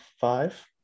five